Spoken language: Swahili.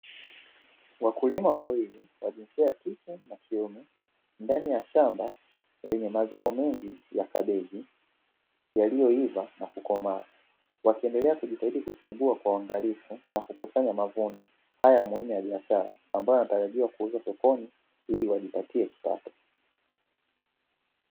Wakulima wawili wa jinsia ya kike na kiume ndani ya shamba lenye mazao mengi ya kabeji yaliyoiva na kukomaa, wakiendelea kujitahidi kuchambua kwa uangalifu na kukusanya mavuno haya muhimu ya biashara ambayo yanatarajiwa kuuzwa sokoni ili wajipatie kipato.